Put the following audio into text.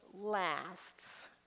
lasts